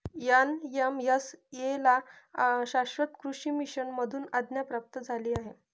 NMSA ला शाश्वत कृषी मिशन मधून आज्ञा प्राप्त झाली आहे